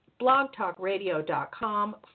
blogtalkradio.com